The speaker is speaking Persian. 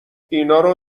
اینارو